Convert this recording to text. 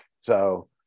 so-